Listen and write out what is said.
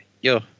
Yo